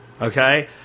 okay